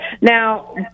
Now